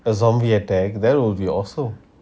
a zombie attack that will be awesome